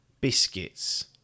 biscuits